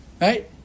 right